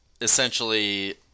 essentially